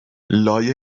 لای